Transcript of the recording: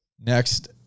next